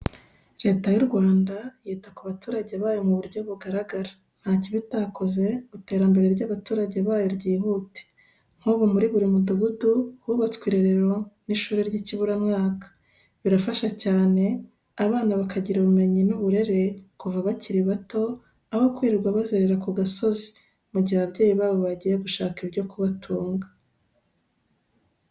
Leta y'u Rwanda yita ku baturage bayo mu buryo bugaragara, ntacyo iba itakoze ngo iterambere ry'abaturage bayo ryihute. Nk'ubu muri buri mudugudu hubatswe irerero n'ishuri ry'ikiburamwaka, birafasha cyane, abana bakagira ubumenyi n'uburere kuva bakiri bato aho kwirirwa bazerera ku gasozi, mu gihe ababyeyi babo bagiye gushaka ibyo kubatunga.